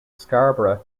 scarborough